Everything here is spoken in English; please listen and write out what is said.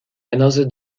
another